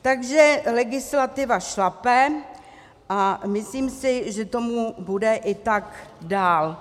Takže legislativa šlape a myslím si, že tomu bude i tak dál.